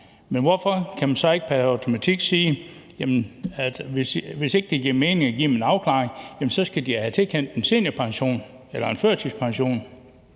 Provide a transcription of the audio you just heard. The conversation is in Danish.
Men hvorfor kan man så ikke pr. automatik sige, at hvis ikke det giver mening at give dem en afklaring, så skal de have tilkendt en seniorpension eller en førtidspension?